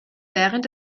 während